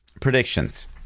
predictions